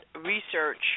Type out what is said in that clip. research